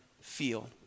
feel